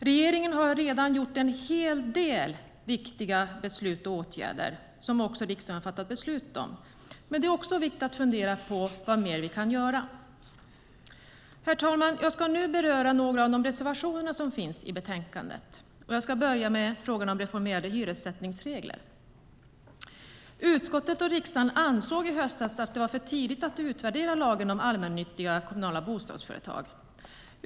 Regeringen har redan fattat en hel del viktiga beslut och vidtagit åtgärder som riksdagen har fattat beslut om, men det är viktigt att fundera på vad mer vi kan göra. Herr talman! Jag ska nu beröra några av de reservationer som finns i betänkandet, och jag ska börja med frågan om reformerade hyressättningsregler. Utskottet och riksdagen ansåg i höstas att det var för tidigt att utvärdera lagen om allmännyttiga kommunala bostadsföretag.